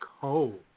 cold